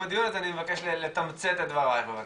הדיון אז אני אבקש לתמצת את דברייך בבקשה.